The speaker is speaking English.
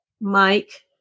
Mike